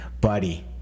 Buddy